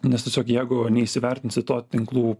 nes tiesiog jeigu neįsivertinsit to tinklų